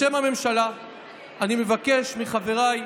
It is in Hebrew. בשם הממשלה אני מבקש מחבריי,